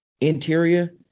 Interior